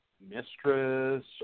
mistress